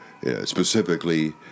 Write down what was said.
specifically